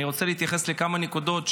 אני רוצה להתייחס לכמה נקודות,